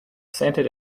scented